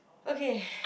okay